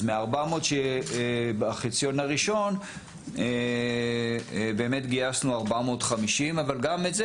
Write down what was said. אז מ-400 של החציון הראשון באמת גייסנו 450 אבל גם את זה,